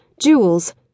jewels